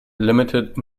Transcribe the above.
limited